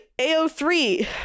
AO3